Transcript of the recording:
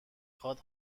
خواد